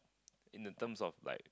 in the terms of like